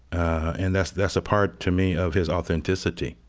and that's that's a part to me of his authenticity